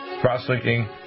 cross-linking